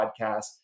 podcast